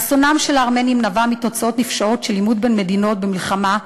אסונם של הארמנים נבע מתוצאות נפשעות של עימות בין מדינות במלחמה,